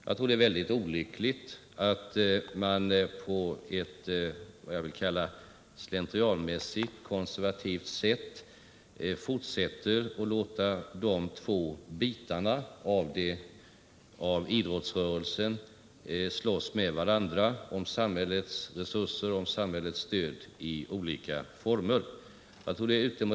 Jag tror det är olyckligt att man enligt min mening slentrianmässigt och konservativt fortsätter att låta dessa båda bitar av idrottsrörelsen slåss med varandra om samhällets stöd i olika former.